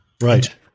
right